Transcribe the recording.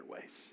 ways